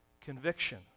conviction